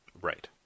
right